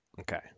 okay